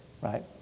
right